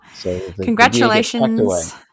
Congratulations